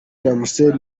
damascene